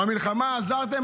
במלחמה עזרתם?